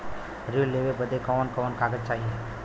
ऋण लेवे बदे कवन कवन कागज चाही?